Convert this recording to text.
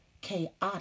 chaotic